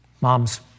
Moms